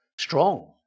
strong